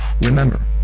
Remember